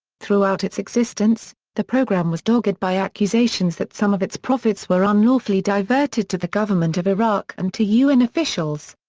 throughout its existence, the programme was dogged by accusations that some of its profits were unlawfully diverted to the government of iraq and to un officials.